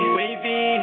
wavy